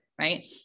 Right